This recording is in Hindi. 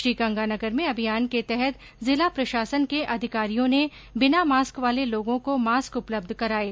श्रीगंगानगर में अभियान के तहत जिला प्रशासन के अधिकारियों ने बिना मास्क वाले लोगों को मास्क उपलब्ध कराये